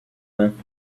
went